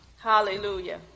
Hallelujah